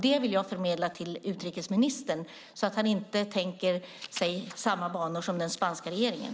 Det vill jag förmedla till utrikesministern så att han inte tänker i samma banor som den spanska regeringen.